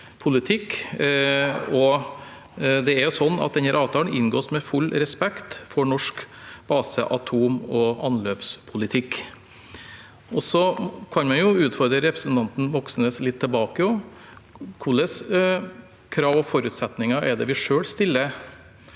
Denne avtalen inngås med full respekt for norsk base-, atom- og anløpspolitikk. Jeg kan utfordre representanten Moxnes litt tilbake. Hvilke krav og forutsetninger er det vi selv stiller